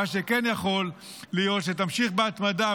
מה שכן יכול להיות הוא שתמשיך בהתמדה,